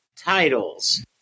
titles